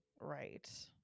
Right